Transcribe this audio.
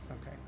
Okay